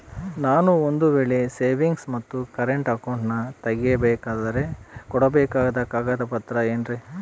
ನಾನು ಒಂದು ವೇಳೆ ಸೇವಿಂಗ್ಸ್ ಮತ್ತ ಕರೆಂಟ್ ಅಕೌಂಟನ್ನ ತೆಗಿಸಬೇಕಂದರ ಕೊಡಬೇಕಾದ ಕಾಗದ ಪತ್ರ ಏನ್ರಿ?